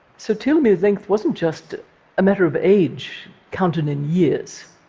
so telomere length wasn't just a matter of age counted in years.